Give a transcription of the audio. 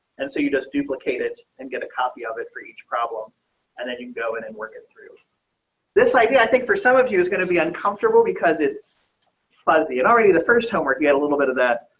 and so you just duplicate it and get a copy of it for each problem and then you can go in and work it through. this idea. i think for some of you is going to be uncomfortable because it's fuzzy and already. the first homework, you had a little bit of that.